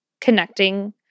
connecting